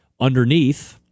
underneath